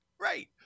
Right